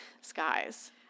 skies